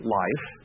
life